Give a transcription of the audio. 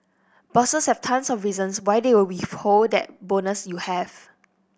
bosses have tons of reasons why they will withhold that bonus you have